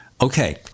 Okay